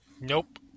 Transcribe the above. Nope